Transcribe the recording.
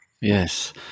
yes